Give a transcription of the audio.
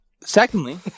Secondly